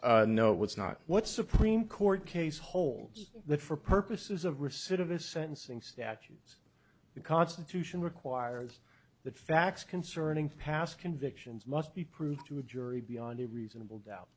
case no it was not what supreme court case holds that for purposes of recidivist sentencing statutes the constitution requires that facts concerning past convictions must be proved to a jury beyond a reasonable doubt